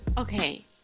Okay